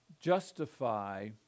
justify